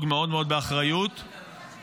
מאוד מאוד באחריות -- הממשלה שלך.